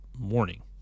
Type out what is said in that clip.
morning